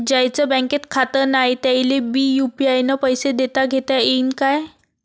ज्याईचं बँकेत खातं नाय त्याईले बी यू.पी.आय न पैसे देताघेता येईन काय?